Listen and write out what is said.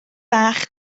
bach